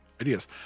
Ideas